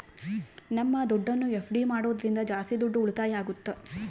ನಮ್ ದುಡ್ಡನ್ನ ಎಫ್.ಡಿ ಮಾಡೋದ್ರಿಂದ ಜಾಸ್ತಿ ದುಡ್ಡು ಉಳಿತಾಯ ಆಗುತ್ತ